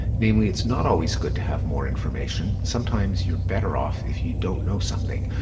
namely it's not always good to have more information. sometimes you're better off if you don't know something.